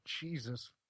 Jesus